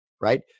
Right